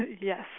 Yes